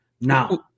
Now